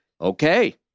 Okay